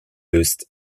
löst